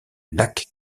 lac